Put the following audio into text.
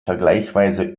vergleichsweise